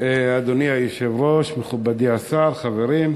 אדוני היושב-ראש, מכובדי השר, חברים,